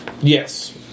Yes